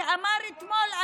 שאמר אתמול,